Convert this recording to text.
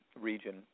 region